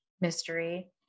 mystery